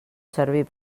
servir